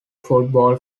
football